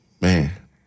man